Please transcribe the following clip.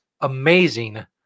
amazing